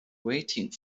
waiting